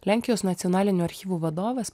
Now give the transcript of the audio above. lenkijos nacionalinių archyvų vadovas